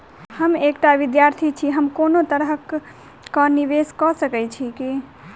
हम एकटा विधार्थी छी, हम कोनो तरह कऽ निवेश कऽ सकय छी की?